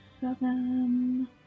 seven